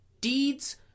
Deeds